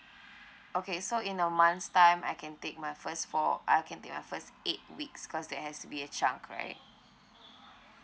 okay so in a month's time I can take my first four uh I can take my first eight weeks cause that has to be adjunct right